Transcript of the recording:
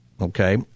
Okay